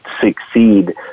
succeed